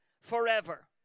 forever